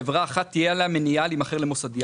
חברה אחת תהיה לה מניעה להימכר למוסדי.